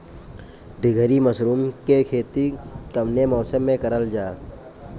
ढीघरी मशरूम के खेती कवने मौसम में करल जा?